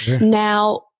Now